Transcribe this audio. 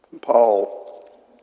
Paul